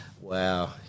wow